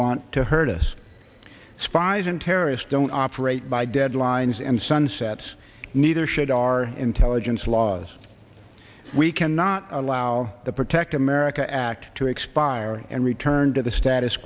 want to hurt us spies and terrorists don't operate by deadlines and sunsets neither should our intelligence laws we cannot allow the protect america act to expire and return to the status